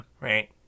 Right